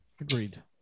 agreed